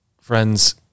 friends